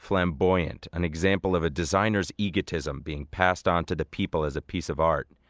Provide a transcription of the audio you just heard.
flamboyant, an example of a designer's egotism being passed on to the people as a piece of art.